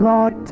God